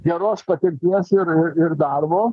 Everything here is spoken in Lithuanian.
geros patirties ir ir ir darbo